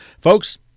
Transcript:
folks